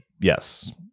Yes